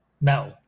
No